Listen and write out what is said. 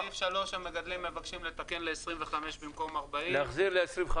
בסעיף (3) המגדלים מבקשים לתקן ל-25 במקום 40. ב